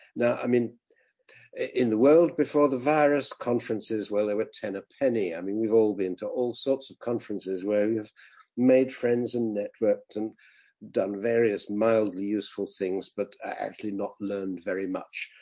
now, i mean in the world before the virus conferences where there were ten a penny. i mean, we've all been to all sorts of conferences where we've made friends and networked and done various mildly useful things, but actually not learned very much.